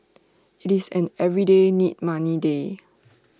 IT is an everyday need money day